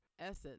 essence